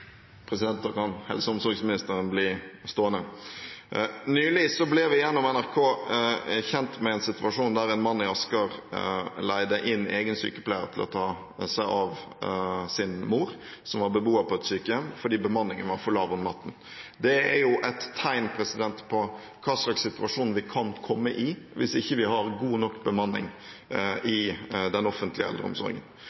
kan bli stående. Nylig ble vi gjennom NRK kjent med en situasjon der en mann i Asker leide inn egen sykepleier til å ta seg av sin mor, som var beboer på et sykehjem, fordi bemanningen var for lav om natten. Det er et tegn på hva slags situasjon vi kan komme i hvis vi ikke har god nok bemanning i den offentlige eldreomsorgen.